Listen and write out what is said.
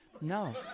No